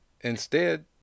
Instead